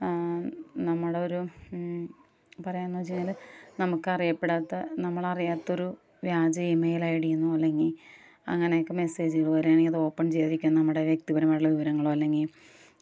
നമ്മുടെ ഒരു പറയുക എന്ന് വെച്ച് കഴിഞ്ഞാൽ നമുക്കറിയപ്പെടാത്ത നമ്മൾ അറിയാത്തൊരു വ്യാജ ഈമെയിൽ ഐ ഡിയിൽനിന്നോ അല്ലെങ്കിൽ അങ്ങനെയൊക്കെ മെസേജ് വരുവാണെങ്കിൽ അത് ഓപ്പൺ ചെയ്യാതിരിക്കുക നമ്മുടെ വ്യക്തിപരമായിട്ടുള്ള വിവരങ്ങളോ അല്ലെങ്കിൽ